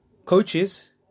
Coaches